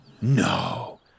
No